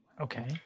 Okay